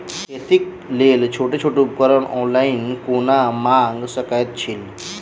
खेतीक लेल छोट छोट उपकरण ऑनलाइन कोना मंगा सकैत छी?